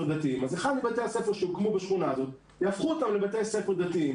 דתיים אז אחד מבתי הספר שהוקמו בשכונה הזו יהפוך לבית ספר דתי,